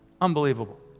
Unbelievable